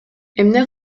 эмне